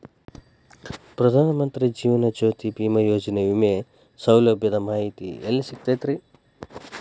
ಪ್ರಧಾನ ಮಂತ್ರಿ ಜೇವನ ಜ್ಯೋತಿ ಭೇಮಾಯೋಜನೆ ವಿಮೆ ಸೌಲಭ್ಯದ ಮಾಹಿತಿ ಎಲ್ಲಿ ಸಿಗತೈತ್ರಿ?